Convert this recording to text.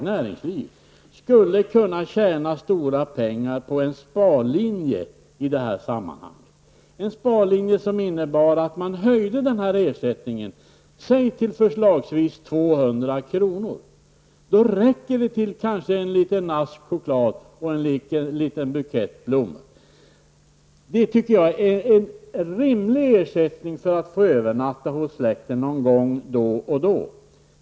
Persson, kunna tjäna stora pengar på en sparlinje i det här sammanhanget, en linje som innebar att man höjde ersättningen, förslagsvis till 200 kr. Då räcker det till en liten ask choklad och en liten bukett blommor. Det tycker jag är en rimlig ersättning för att få övernatta hos släkten någon gång då och då.